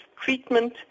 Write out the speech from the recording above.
treatment